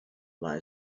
that